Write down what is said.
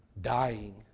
dying